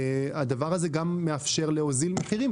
הדבר הזה גם מאפשר להוזיל מחירים,